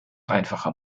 einfacher